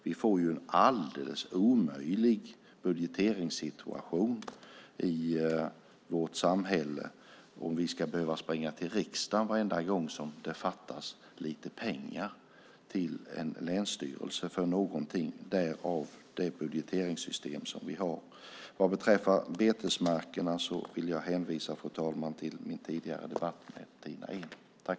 Vi får en alldeles omöjlig budgeteringssituation i samhället om vi varje gång det fattas lite pengar vid en länsstyrelse ska behöva gå till riksdagen. Därav det budgeteringssystem som vi har. Vad beträffar betesmarkerna vill jag, fru talman, hänvisa till min tidigare debatt med Tina Ehn.